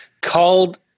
called